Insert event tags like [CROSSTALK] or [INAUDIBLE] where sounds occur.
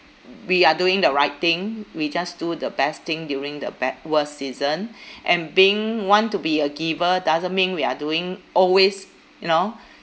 we are doing the right thing we just do the best thing during the be~ worst season [BREATH] and being want to be a giver doesn't mean we are doing always you know